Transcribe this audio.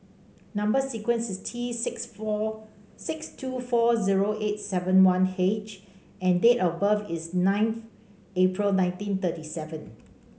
number sequence is T six four six two four zero eight seven one H and date of birth is ninth April nineteen thirty seven